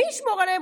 מי ישמור עליהם?